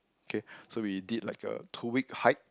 okay so we did like a two week hike